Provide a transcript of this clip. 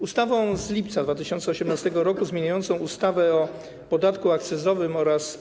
Ustawą z lipca 2018 r. zmieniającą ustawę o podatku akcyzowym oraz